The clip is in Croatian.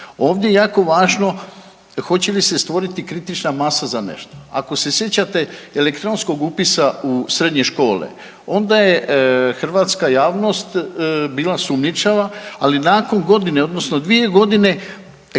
Ovdje je jako važno hoće li se stvoriti kritična masa za nešto. Ako se sjećate elektronskog upisa u srednje škole onda je hrvatska javnost bila sumnjičava, ali nakon godine odnosno 2.g. tko više